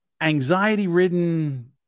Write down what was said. anxiety-ridden